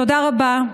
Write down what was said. תודה רבה.